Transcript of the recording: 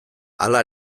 hala